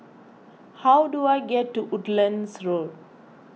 how do I get to Woodlands Road